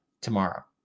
tomorrow